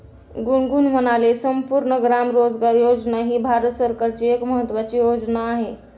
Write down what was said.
गुनगुन म्हणाले, संपूर्ण ग्राम रोजगार योजना ही भारत सरकारची एक महत्त्वाची योजना आहे